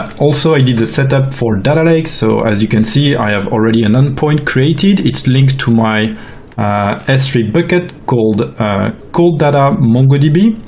also i did the setup for data lake, so as you can see, i have already an endpoint created. it's linked to my s three bucket called cold data mongodb.